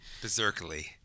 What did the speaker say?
Berserkly